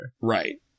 Right